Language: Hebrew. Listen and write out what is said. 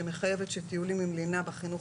שמחייבת שטיולים עם לינה בחינוך